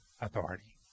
authority